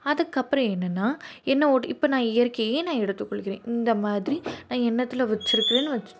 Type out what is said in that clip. அதுக்கப்புறம் என்னென்னா எண்ண ஓட்டம் இப்போ நான் இயற்கையே நான் எடுத்துக்கொள்கிறேன் இந்த மாதிரி நான் எண்ணத்தில் வச்சிருக்கிறேன்னு வச்சு